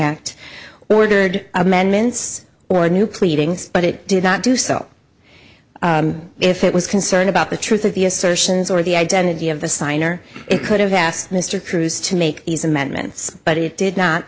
act ordered amendments or a new cleaning but it did not do so if it was concerned about the truth of the assertions or the identity of the signer it could have asked mr cruz to make these amendments but it did not